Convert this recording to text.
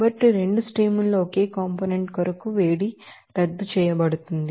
కాబట్టి రెండు స్ట్రీమ్ ల్లో ఒకే కాంపోనెంట్ కొరకు ఏర్పడే వేడి రద్దు చేయబడుతుంది